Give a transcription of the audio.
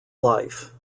life